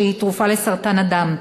שהיא תרופה לסרטן הדם,